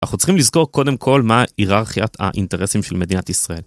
אנחנו צריכים לזכור קודם כל מה היררכיית האינטרסים של מדינת ישראל.